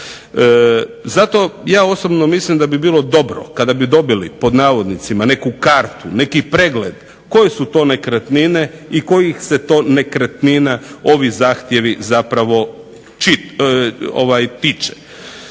Zato ja osobno mislim da bi bilo dobro kada bi dobili pod navodnicima neku "kartu", neki "pregled" koje su to nekretnine i kojih se to nekretnina ovi zahtjevi zapravo tiče.